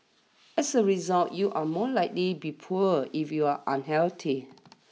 as a result you are more likely be poor if you are unhealthy